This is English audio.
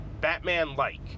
Batman-like